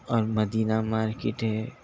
اور Medina market ہے